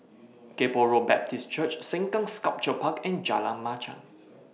Kay Poh Road Baptist Church Sengkang Sculpture Park and Jalan Machang